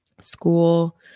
school